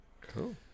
cool